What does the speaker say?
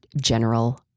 general